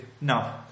no